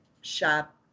shop